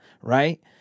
right